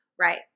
Right